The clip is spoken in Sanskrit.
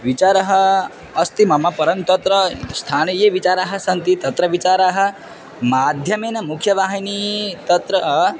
विचारः अस्ति मम परन्तु तत्र स्थानीय विचाराः सन्ति तत्र विचाराः माध्यमेन मुख्यवाहिनी तत्र